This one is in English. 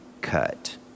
cut